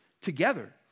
together